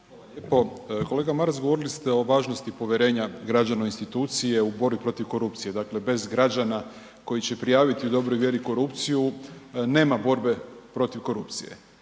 Hvala. Kolega Maras govorili ste o važnosti povjerenja građana u institucije u borbi protiv korupcije, dakle bez građana koji će prijaviti u dobroj vjeri korupciju, nema borbe protiv korupcije.